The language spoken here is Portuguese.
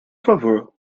favor